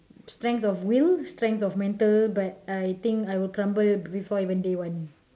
strengths of will strengths of mental but I think I will crumble before even day one